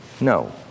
no